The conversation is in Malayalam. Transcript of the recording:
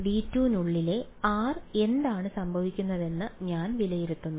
V2 നുള്ളിലെ r എന്താണ് സംഭവിക്കുന്നതെന്ന് ഞാൻ വിലയിരുത്തുന്നു